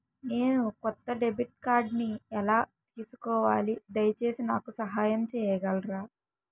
నేను కొత్త డెబిట్ కార్డ్ని ఎలా తీసుకోవాలి, దయచేసి నాకు సహాయం చేయగలరా?